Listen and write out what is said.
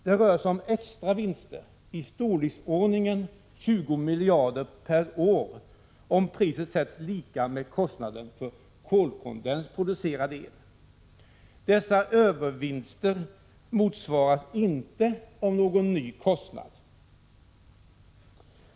Det rör sig om ”extra vinster” på i storleksordningen 20 miljarder per år, om priset skall vara lika med kostnaden för kolkondensproducerad el. Dessa övervinster motsvaras inte av någon ny kostnad.